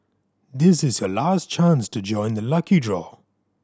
this is your last chance to join the lucky draw